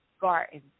garden